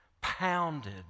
pounded